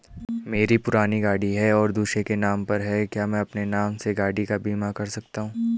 मेरी पुरानी गाड़ी है और दूसरे के नाम पर है क्या मैं अपने नाम से गाड़ी का बीमा कर सकता हूँ?